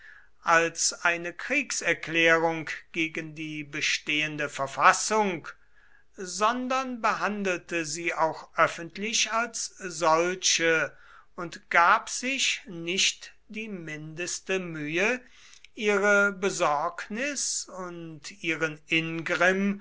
als eine kriegserklärung gegen die bestehende verfassung sondern behandelte sie auch öffentlich als solche und gab sich nicht die mindeste mühe ihre besorgnis und ihren ingrimm